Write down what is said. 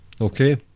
Okay